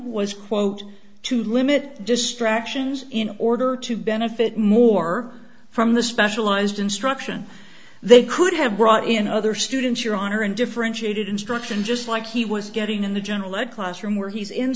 was quote to limit distractions in order to benefit more from the specialized instruction they could have brought in other students your honor and differentiated instruction just like he was getting in the general ed classroom where he's in